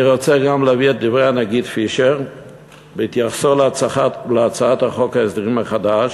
אני רוצה גם להביא את דברי הנגיד פישר בהתייחסו להצעת חוק ההסדרים החדש.